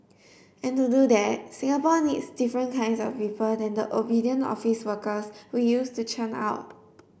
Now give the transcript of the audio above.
and to do that Singapore needs different kinds of people than the obedient office workers we used to churn out